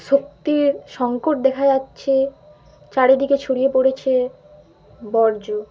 শক্তির সংকট দেখা যাচ্ছে চারিদিকে ছড়িয়ে পড়েছে বর্জ্য